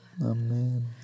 amen